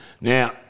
Now